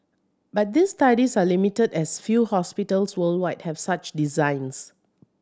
but these studies are limited as few hospitals worldwide have such designs